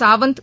Sawant